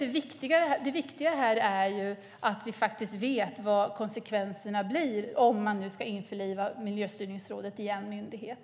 Det viktiga är att vi vet vilka konsekvenserna blir om man införlivar Miljöstyrningsrådet i en myndighet.